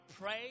pray